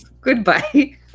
Goodbye